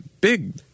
big